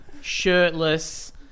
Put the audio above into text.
Shirtless